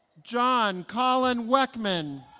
john collin weckman